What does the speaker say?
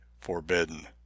forbidden